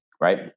Right